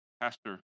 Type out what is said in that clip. Pastor